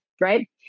right